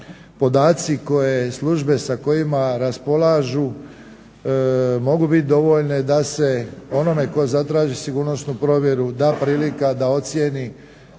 koje službe sa kojima raspolažu mogu biti dovoljne da se onome tko zatraži sigurnosnu provjeru da prilika da ocijeni